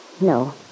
No